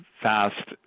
fast